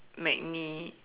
magni~